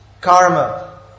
karma